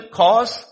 cause